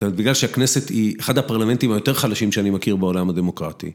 זאת אומרת, בגלל שהכנסת היא אחד הפרלמנטים היותר חלשים שאני מכיר בעולם הדמוקרטי.